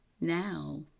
now